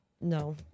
No